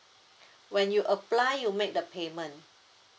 when you apply you make the payment